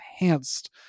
enhanced